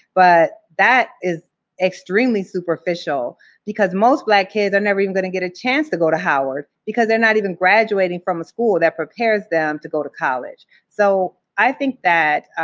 but that is extremely superficial because most black kids are never even gonna get a chance to go to howard because they're not even graduating from a school that prepares them to go to college. so i think that.